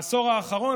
בעשור האחרון,